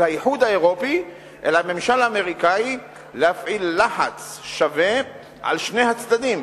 אל האיחוד האירופי ואל הממשל האמריקני להפעיל לחץ שווה על שני הצדדים